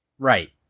Right